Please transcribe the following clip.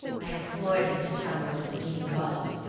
i implored him to tell me what his meaning was.